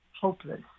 hopeless